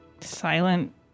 Silent